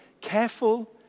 careful